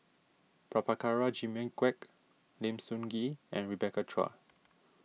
Prabhakara Jimmy Quek Lim Sun Gee and Rebecca Chua